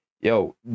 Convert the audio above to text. yo